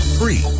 free